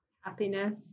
Happiness